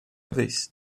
vez